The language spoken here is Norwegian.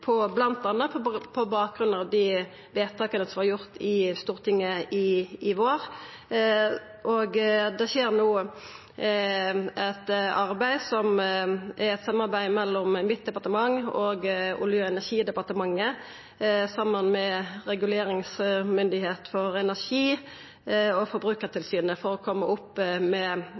på bakgrunn av dei vedtaka som vart gjorde i Stortinget i vår. Det skjer no eit arbeid i samarbeid mellom mitt departement og Olje- og energidepartementet, saman med Reguleringsmyndigheten for energi og Forbrukartilsynet, for å koma opp med